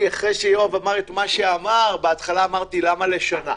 יואב אמר את מה שאמר, ובהתחלה אמרתי: למה לשנה?